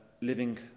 living